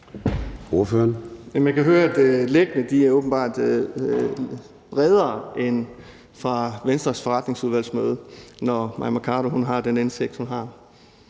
Jeg kan høre, at lækkene åbenbart er bredere end fra Venstres forretningsudvalgsmøde, når Mai Mercado har den indsigt, hun har.